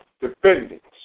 defendants